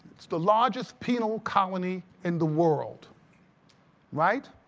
it's the largest penal colony in the world right?